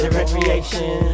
recreation